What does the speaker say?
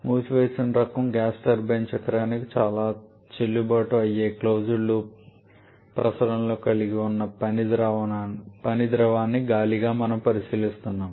మూసివేసిన రకం gas turbine చక్రానికి చాలా చెల్లుబాటు అయ్యే క్లోజ్డ్ లూప్లో ప్రసరణలను కలిగి ఉన్న పని ద్రవాన్ని గాలిగా మనము పరిశీలిస్తున్నాము